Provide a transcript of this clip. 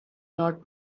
not